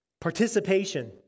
Participation